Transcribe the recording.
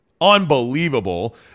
unbelievable